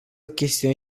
chestiune